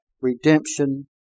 redemption